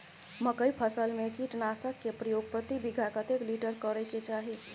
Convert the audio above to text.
मकई फसल में कीटनासक के प्रयोग प्रति बीघा कतेक लीटर करय के चाही?